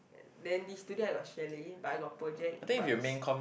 then this today I got chalet but I got project but is